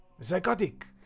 psychotic